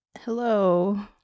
Hello